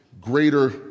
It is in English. greater